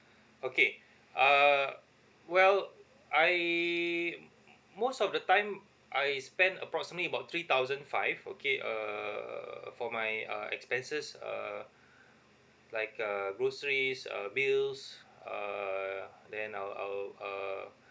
okay uh well I most of the time I spend approximately about three thousand five okay err for my uh expenses err like uh groceries uh bills err then our our err